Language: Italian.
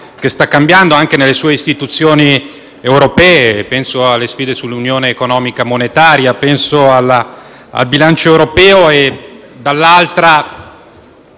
che sta cambiando, anche nelle sue istituzioni europee. Penso alle sfide dell'unione economica e monetaria, al bilancio europeo e alla